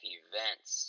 events